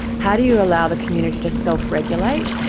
how do you allow the community to self-regulate.